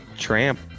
tramp